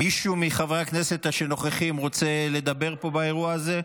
מישהו מחברי הכנסת שנוכחים רוצה לדבר פה באירוע הזה?